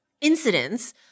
incidents